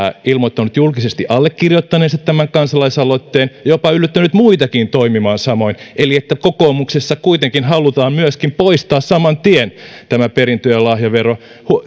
ilmoittanut julkisesti allekirjoittaneensa tämän kansalaisaloitteen ja jopa yllyttänyt muitakin toimimaan samoin eli kokoomuksessa kuitenkin halutaan myöskin poistaa saman tien tämä perintö ja lahjavero